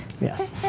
Yes